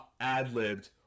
ad-libbed